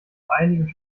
einige